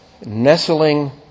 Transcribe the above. nestling